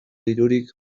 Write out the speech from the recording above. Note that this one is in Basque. dirurik